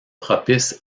propice